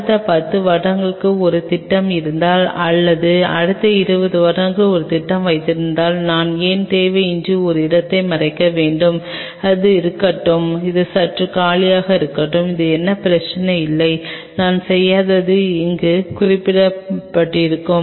அடுத்த 10 வருடங்களுக்கு ஒரு திட்டம் இருந்தால் அல்லது அடுத்த 20 வருடங்களுக்கு ஒரு திட்டத்தை வைத்திருந்தால் நான் ஏன் தேவையின்றி ஒரு இடத்தை மறைக்க வேண்டும் அது இருக்கட்டும் அது சற்று காலியாக இருக்கட்டும் எந்த பிரச்சனையும் இல்லை நான் செய்யாதது இங்கே குறிப்பிடவும்